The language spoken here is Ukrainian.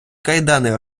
кайдани